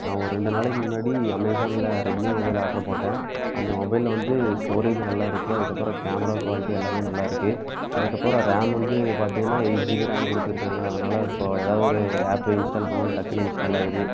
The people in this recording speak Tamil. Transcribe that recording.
நான் ஒரு ரெண்டு நாளைக்கு முன்னாடி அமேசானில் ரெட்மீ மொபைல் ஆர்டர் போட்டேன் அந்த மொபைலில் வந்து ஸ்டோரேஜ் நல்லாருக்கு அதற்கப்பறம் கேமரா குவாலிட்டி எல்லாமே நல்லாருக்கு அதற்கப்பறம் ரேம் வந்து பார்த்தீங்கன்னா எயிட் ஜிபி ரேம் கொடுத்துருக்காங்க அதனால் இப்போ எதா ஒரு ஆப்பை இன்ஸ்டால் பண்ணாலும் டக்குன்னு இன்ஸ்டால் ஆகுது